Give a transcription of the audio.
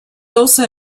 also